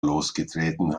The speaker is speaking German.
losgetreten